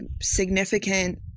significant